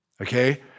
okay